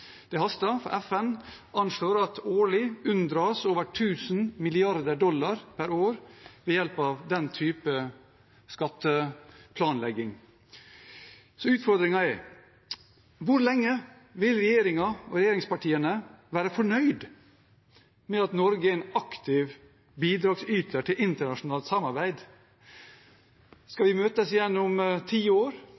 Det haster, for FN anslår at det årlig unndras over tusen milliarder dollar ved hjelp av den type skatteplanlegging. Så utfordringen er: Hvor lenge vil regjeringen og regjeringspartiene være fornøyd med at Norge er en aktiv bidragsyter til internasjonalt samarbeid? Skal